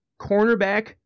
cornerback